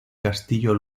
castillo